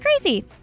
crazy